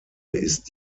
ist